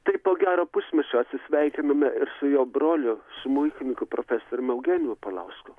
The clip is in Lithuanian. tai po gero pusmečio atsisveikinome ir su jo broliu smuikininku profesoriumi eugenijumi paulausku